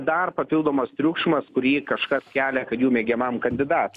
dar papildomas triukšmas kurį kažkas kelia kad jų mėgiamam kandidatui